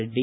Reddy